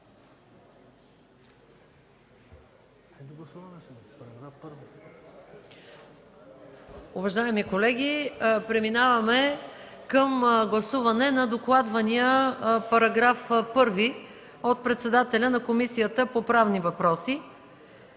Уважаеми колеги, преминаваме към гласуване на докладвания § 1 от председателя на Комисията по правни въпроси.